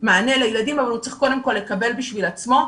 מענה לילדים אבל הוא צריך קודם כל לקבל בשביל עצמו,